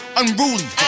unruly